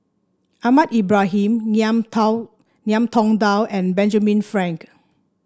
Ahmad Ibrahim Ngiam Tao Ngiam Tong Dow and Benjamin Frank